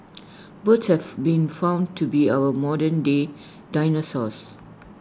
birds have been found to be our modernday dinosaurs